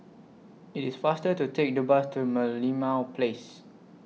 IT IS faster to Take The Bus to Merlimau Place